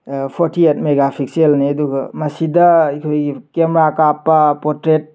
forty eight ꯃꯦꯒꯥꯄꯤꯛꯁꯦꯜꯅꯤ ꯑꯗꯨꯒ ꯃꯁꯤꯗ ꯑꯩꯈꯣꯏꯒꯤ ꯀꯦꯃꯦꯔꯥ ꯀꯥꯞꯄ ꯄꯣꯔꯇ꯭ꯔꯦꯠ